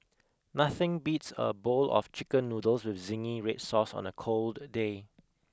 nothing beats a bowl of chicken noodles with zingy Red Sauce on a cold day